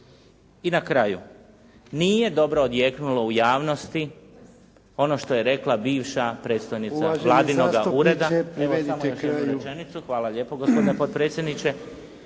I na kraju, nije dobro odjeknulo u javnosti ono što je rekla bivša predstojnica vladinoga ureda … **Jarnjak, Ivan (HDZ)** Zastupniče